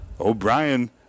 O'Brien